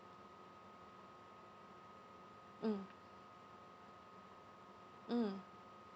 mm mm